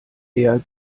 der